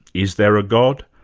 is there a god?